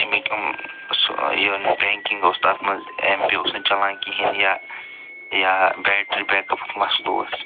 امِکۍ أمۍ سُہ یہِ بٮ۪نٛکنٛگ ٲس تتھ منٛز اٮ۪م پے اوس نہٕ چَلان کِہیٖنۍ یا یا بٮ۪ٹری بٮ۪کپُک مسلہٕ اوس